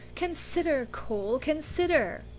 consider, cole, consider!